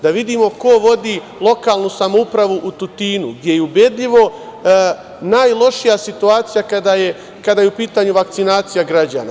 Da vidimo ko vodi lokalnu samoupravu u Tutinu, a gde je ubedljivo najlošija situacija kada je u pitanju vakcinacija građana?